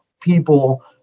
people